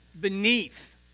beneath